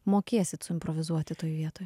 mokėsit suimprovizuoti toj vietoj